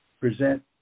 Present